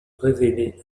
révéler